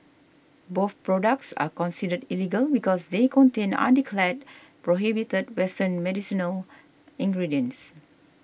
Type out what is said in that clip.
both products are considered illegal because they contain undeclared prohibited western medicinal ingredients